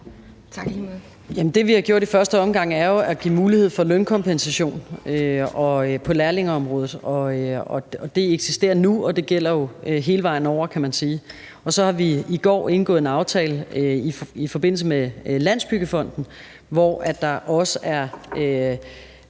det, vi har gjort i første omgang, er jo at give mulighed for lønkompensation på lærlingeområdet. Det eksisterer nu, og det gælder jo hele vejen over, kan man sige. Og så har vi i går indgået en aftale i forbindelse med Landsbyggefonden, hvor der også er